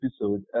episode